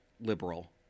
liberal